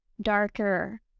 darker